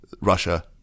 Russia